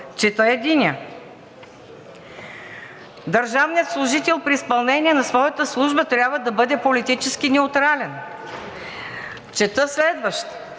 чета единият: „Държавният служител при изпълнение на своята служба трябва да бъде политически неутрален.“ Чета следващ: